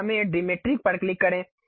तो हमें डिमेट्रिक पर क्लिक करें